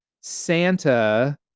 santa